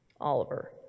Oliver